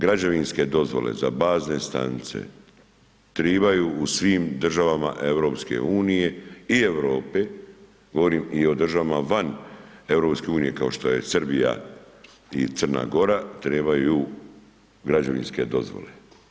Građevinske dozvole za bazne stanice tribaju u svim državama EU i Europe, govorim i o državama vam EU kao što je Srbija i Crna Gora trebaju građevinske dozvole.